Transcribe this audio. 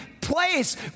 place